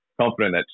confident